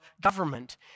government